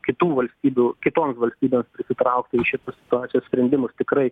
kitų valstybių kitoms valstybėms įsitraukti į šitos situacijos sprendimus tikrai